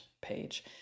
page